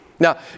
Now